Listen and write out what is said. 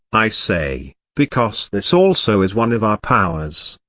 i say, because this also is one of our powers.